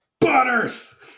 Butters